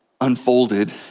unfolded